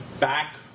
back